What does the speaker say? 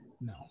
No